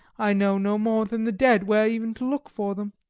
i know no more than the dead where even to look for them.